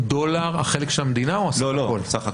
החלק של המדינה או הסך הכול?